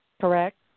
correct